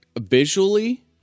visually